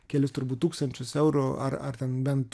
kelis turbūt tūkstančius eurų ar ar ten bent